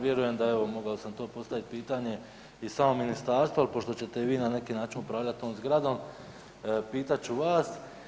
Vjerujem, da evo mogao sam to postaviti pitanje i samom ministarstvu, ali pošto ćete vi na neki način upravljati tom zgradom pitat ću vas.